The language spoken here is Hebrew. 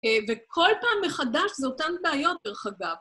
וכל פעם מחדש זה אותן בעיות דרך אגב.